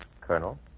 Colonel